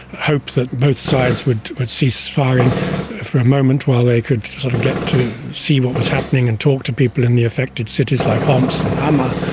hope that both sides would would cease firing for a moment while they could sort of get to see what was happening and talk to people in the affected cities like homs and hama.